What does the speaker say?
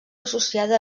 associada